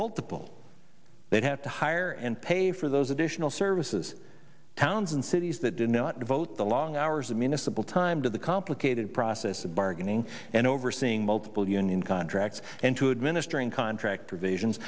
multiple they'd have to hire and pay for those additional services towns and cities that did not devote the long hours of municipal time to the complicated process of bargaining and overseeing multiple union contracts and to administering contract